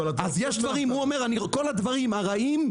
לדבריך, בכל הדברים הרעים,